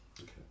Okay